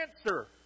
answer